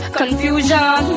confusion